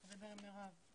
הישיבה ננעלה בשעה